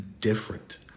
different